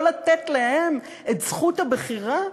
לא לתת להם את זכות הבחירה?